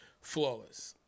flawless